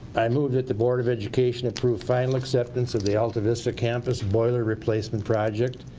i move that the board of education approve final acceptance of the alta vista campus boiler replacement project.